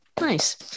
nice